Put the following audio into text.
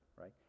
right